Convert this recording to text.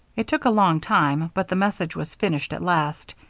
it took a long time, but the message was finished at last.